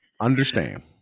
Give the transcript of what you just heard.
understand